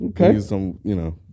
Okay